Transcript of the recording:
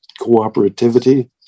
cooperativity